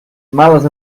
males